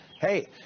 hey